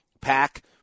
Pack